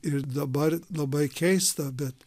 ir dabar labai keista bet